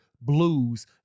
Blues